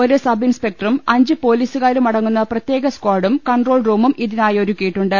ഒരു സബ്ബ് ഇൻസ്പ്പെക്ട്ടറും അഞ്ച് പൊലീ സുകാരുമടങ്ങുന്ന പ്രത്യേക സ്കാഡും കൺട്രോൾ റൂമൂം ഇതനായി ഒരുക്കിയിട്ടുണ്ട്